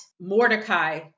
Mordecai